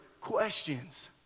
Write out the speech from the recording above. questions